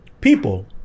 people